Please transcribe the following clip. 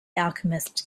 alchemist